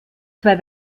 zwei